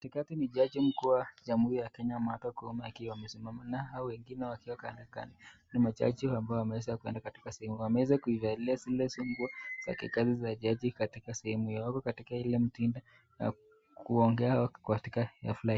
Katikati ni jaji mkuu ya jamhuri ya Kenya Martha Koome akiwa amesimama na hao wengine wakiwa kandokando ni majaji ambao wameweza kuenda katika sehemu hio. Wameweza kuvalia zile nguo za kikazi za jaji katika sehemu hio. Wako katika ile mtindo ya kuongea wako katika hafla.